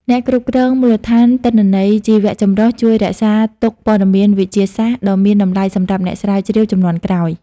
អ្នកគ្រប់គ្រងមូលដ្ឋានទិន្នន័យជីវៈចម្រុះ ជួយរក្សាទុកព័ត៌មានវិទ្យាសាស្ត្រដ៏មានតម្លៃសម្រាប់អ្នកស្រាវជ្រាវជំនាន់ក្រោយ។